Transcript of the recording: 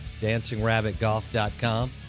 DancingRabbitGolf.com